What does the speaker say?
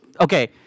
Okay